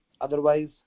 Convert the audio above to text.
otherwise